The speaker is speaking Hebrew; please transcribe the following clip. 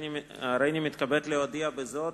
הריני מתכבד להודיע בזאת,